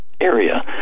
area